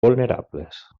vulnerables